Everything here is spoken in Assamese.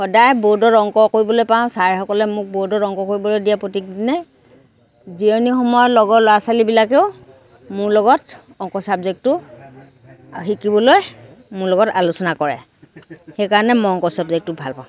সদাই বোৰ্ডত অংক কৰিবলৈ পাওঁ ছাৰসকলে মোক বোৰ্ডত অংক কৰিবলৈ দিয়ে প্ৰত্যেকদিনাই জিৰণি সময়ত লগৰ ল'ৰা ছোৱালীবিলাকেও মোৰ লগত অংক ছাবজেক্টটো শিকিবলৈ মোৰ লগত আলোচনা কৰে সেইকাৰণে মই অংক ছাবজেক্টটো ভাল পাওঁ